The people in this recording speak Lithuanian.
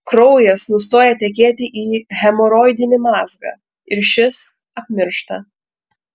kraujas nustoja tekėti į hemoroidinį mazgą ir šis apmiršta